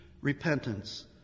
repentance